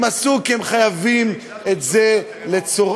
הם עשו כי הם חייבים את זה בשבילך,